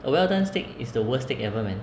a well done steak is the worst steak ever man